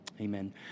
Amen